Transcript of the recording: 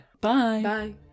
bye